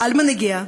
על מנהיגיה,